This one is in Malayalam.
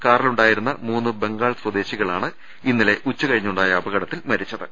കാറിലുണ്ടായിരുന്ന മൂന്ന് ബംഗാൾ സ്വദേശികളാണ് ഇന്നലെ ഉച്ചകഴിഞ്ഞുണ്ടായ അപകടത്തിൽ മരിച്ചത്